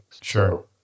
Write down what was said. Sure